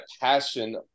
passion